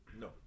No